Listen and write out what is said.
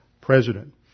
president